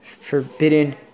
forbidden